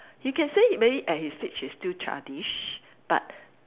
you can say maybe at his age he's still childish but